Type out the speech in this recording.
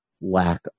lack